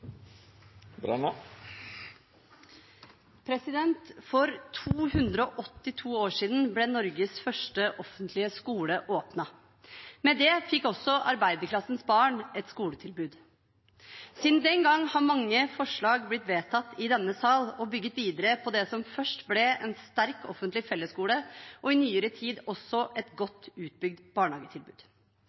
For 282 år siden ble Norges første offentlige skole åpnet. Med det fikk også arbeiderklassens barn et skoletilbud. Siden den gang har mange forslag blitt vedtatt i denne sal og bygget videre på det som først ble en sterk offentlig fellesskole og i nyere tid også et godt utbygd barnehagetilbud.